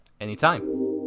Anytime